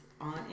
on